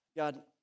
God